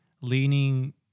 leaning